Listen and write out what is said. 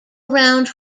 around